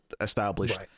established